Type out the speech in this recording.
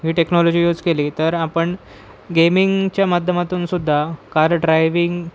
ही technology use केली तर आपण गेमिंगच्या माध्यमातून सुद्धा कार ड्रायविंग